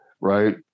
right